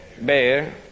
bear